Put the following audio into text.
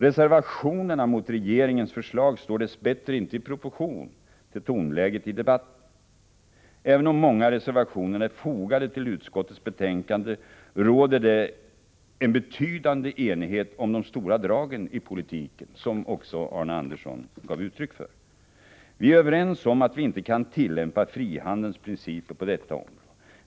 Reservationerna mot regeringens förslag står dess bättre inte i proportion tilltonläget i debatten. Även om många reservationer är fogade till utskottets betänkande, råder det en betydande enighet om de stora dragen i politiken, vilket också Arne Andersson i Ljung gav uttryck för. Vi är överens om att vi inte kan tillämpa frihandelns principer på detta område.